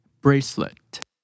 Bracelet